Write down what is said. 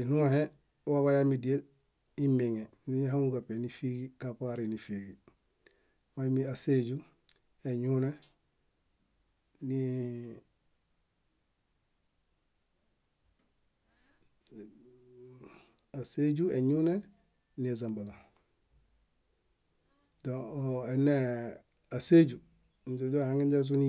Iɭũhe waḃayami diel imieŋe, źimihaŋu ġáṗen ífiiġi karin ífiiġi: moimi aséju, eñune niezambala. Aseju inze doɦaŋezuni